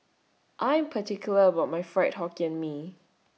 I Am particular about My Fried Hokkien Mee